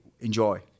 enjoy